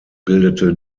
bildete